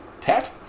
tat